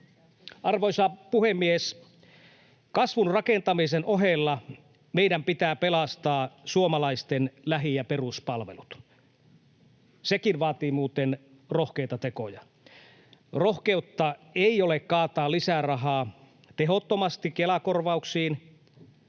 Arvoisa puhemies! Kasvun rakentamisen ohella meidän pitää pelastaa suomalaisten lähi- ja peruspalvelut. Sekin vaatii muuten rohkeita tekoja. Rohkeutta ei ole kaataa lisää rahaa tehottomasti Kela-korvauksiin.